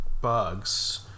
bugs